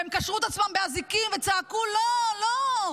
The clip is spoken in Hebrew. והם קשרו את עצמם באזיקים וצעקו, לא, לא.